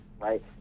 right